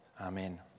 Amen